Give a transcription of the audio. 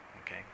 Okay